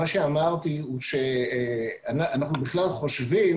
מה שאמרתי הוא שאנחנו בכלל חושבים